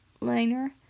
liner